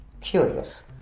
curious